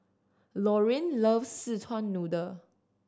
Lorraine loves Szechuan Noodle